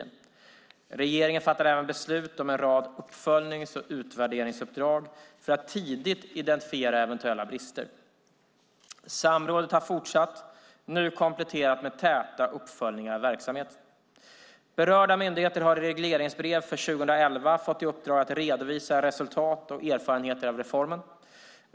Regeringen fattade även beslut om en rad uppföljnings och utvärderingsuppdrag för att tidigt identifiera eventuella brister. Samrådet har fortsatt - nu kompletterat med täta uppföljningar av verksamheten. Berörda myndigheter har i regleringsbrev för 2011 fått i uppdrag att redovisa resultat och erfarenheter av reformen.